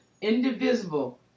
indivisible